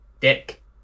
dick